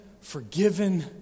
forgiven